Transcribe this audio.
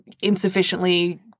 insufficiently